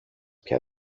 πια